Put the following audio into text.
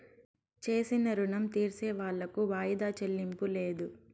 చేసిన రుణం తీర్సేవాళ్లకు వాయిదా చెల్లింపు లేదు